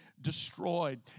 destroyed